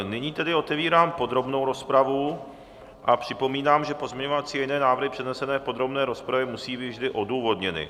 Nyní tedy otevírám podrobnou rozpravu a připomínám, že pozměňovací a jiné návrhy přednesené v podrobné rozpravě musí být vždy odůvodněny.